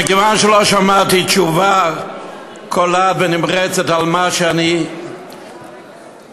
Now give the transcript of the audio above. מכיוון שלא שמעתי תשובה קולעת ונמרצת על מה שאני העליתי,